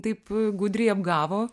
taip gudriai apgavo